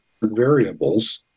variables